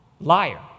liar